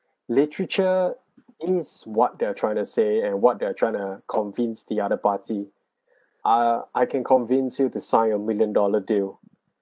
literature is what they are trying to say and what they're trying to convince the other party ah I can convince you to sign a million dollar deal